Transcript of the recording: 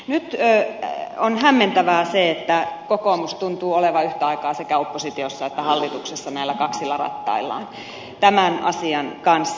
nyt on hämmentävää se että kokoomus tuntuu olevan yhtä aikaa sekä oppositiossa että hallituksessa näillä kaksilla rattaillaan tämän asian kanssa